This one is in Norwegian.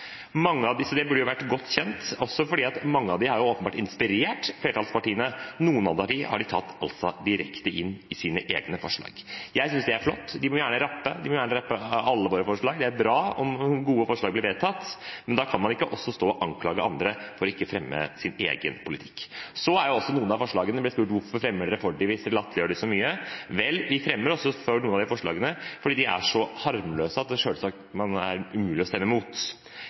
mange av dem har åpenbart inspirert flertallspartiene, for noen av forslagene har de altså tatt direkte inn i sine egne forslag. Jeg synes det er flott. De må gjerne rappe, de må gjerne rappe alle våre forslag, det er bra om gode forslag blir vedtatt, men da kan man ikke også stå og anklage andre for ikke å fremme sin egen politikk. Så har vi også blitt spurt, om noen av forslagene: Hvorfor fremmer dere dem hvis dere latterliggjør dem så mye? Vel, vi fremmer også noen av de forslagene fordi de er så harmløse at det er umulig å stemme